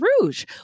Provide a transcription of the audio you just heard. Rouge